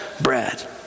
bread